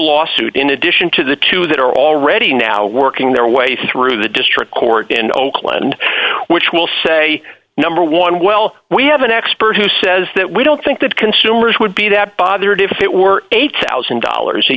lawsuit in addition to the two that are already now working their way through the district court in oakland which will say number one well we have an expert who says that we don't think that consumers would be that bothered if it were a one thousand dollars a